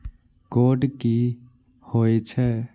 Code की होय छै?